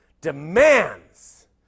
demands